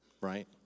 right